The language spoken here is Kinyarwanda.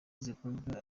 zikunzwe